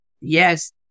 Yes